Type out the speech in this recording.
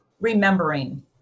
remembering